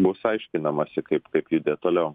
bus aiškinamasi kaip kaip judėt toliau